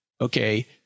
Okay